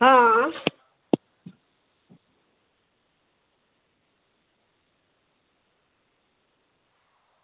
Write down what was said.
आं